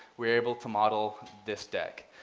we are able to model this deck.